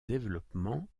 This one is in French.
développement